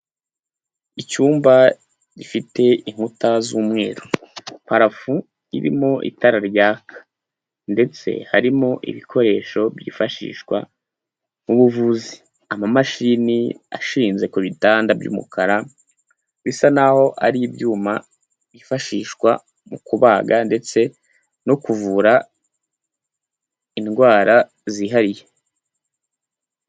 Icyumba gifite inkuta z'umweru, parafu irimo itara ryaka ndetse harimo ibikoresho byifashishwa mu buvuzi amamashini ashinze ku bitanda by'umukara, bisa naho ari ibyuma byifashishwa mu kubaga ndetse no kuvura indwara zihariye.